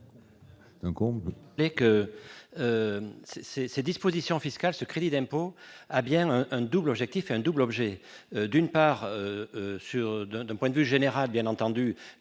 Com. Mais que ces ces dispositions fiscales, ce crédit d'impôt, a bien un double objectif : un double objet : d'une part sur de de point de vue général, bien entendu,